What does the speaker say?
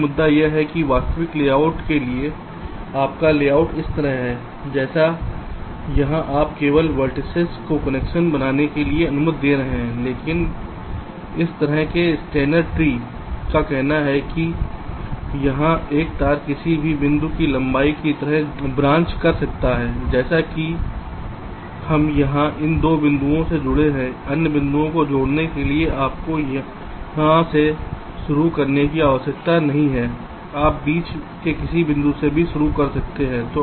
लेकिन मुद्दा यह है कि वास्तविक लेआउट के लिए आपका लेआउट इस तरह है जैसे यहां आप केवल वेर्तिसेस को कनेक्शन बनाने की अनुमति दे रहे हैं लेकिन इस तरह के स्टेनर ट्री का कहना है कि यहां एक तार किसी भी बिंदु से लंबाई की तरह ब्रांच कर सकता है जैसे कि हम यहां इन 2 बिंदुओं से जुड़े हैं अन्य बिंदुओं को जोड़ने के लिए आपको यहां से शुरू करने की आवश्यकता नहीं है आप बीच के किसी भी बिंदु से शुरू कर सकते हैं